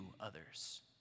others